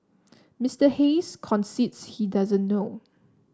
Mister Hayes concedes he doesn't know